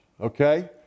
okay